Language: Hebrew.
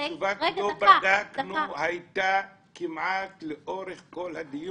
"לא בדקנו" היו כמעט לאורך כל הדיון.